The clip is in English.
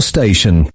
Station